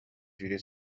جوری